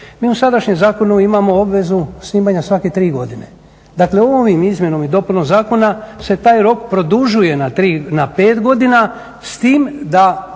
Mi u sadašnjem zakonu imamo obvezu snimanja svake 3 godine. Dakle, ovom izmjenom i dopunom zakona se taj rok produžuje na 3, na 5 godina s time da